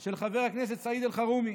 של חבר הכנסת סעיד אלחרומי.